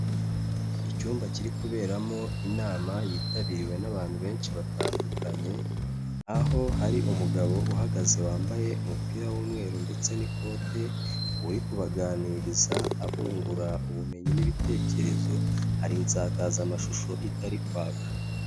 Icyumba kiri kuberamo inama yitabiriwe n'abantu benshi batandukanye, aho hari umugabo uhagaze wambaye umupira w'umweru ndetse n'ikote, uri kubaganiriza abungura ubumenyi n'ibitekerezo, hari insakazamashusho itari kwaka.